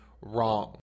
wrong